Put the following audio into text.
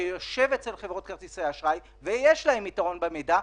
שיושב אצל חברות כרטיסי האשראי ויש להן יתרון במידע,